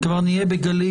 כבר נהיה בגלים